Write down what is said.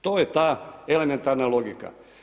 To je ta elementarna logika.